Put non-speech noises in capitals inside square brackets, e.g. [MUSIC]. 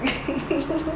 [LAUGHS]